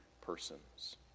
persons